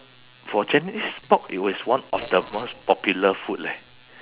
for chinese pork it is one of the most popular food leh